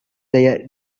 their